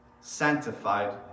sanctified